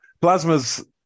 Plasma's